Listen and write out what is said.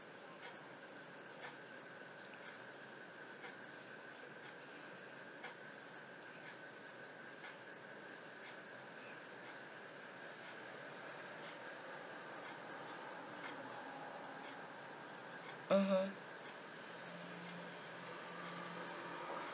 mmhmm